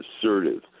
assertive